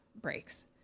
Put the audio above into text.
breaks